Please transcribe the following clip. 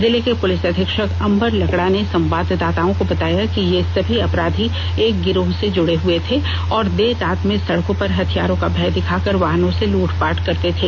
जिले के पुलिस अधीक्षक अंबर लकड़ा ने संवाददाताओं को बताया कि ये सभी अपराधी एक गिरोह से जुड़े हए थे और देर रात में सड़कों पर हथियारों का भय दिखाकर वाहनों से लुटपाट करते थे